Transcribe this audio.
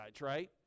right